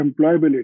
employability